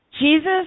Jesus